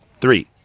three